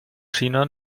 china